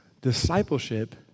discipleship